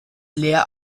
leer